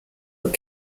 were